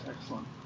Excellent